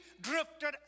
drifted